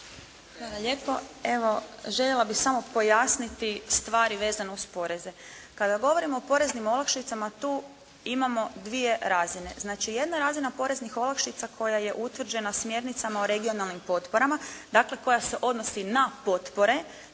Hvala lijepo. Evo, željela bih samo pojasniti stvari vezano uz poreze. Kada govorimo o poreznim olakšicama, tu imamo dvije razine. Znači, jedna razina poreznih olakšica koja je utvrđena smjernicama o regionalnim potporama, dakle koja se odnosi na potpore.